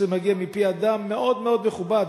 כשזה מגיע מפי אדם מאוד מאוד מכובד,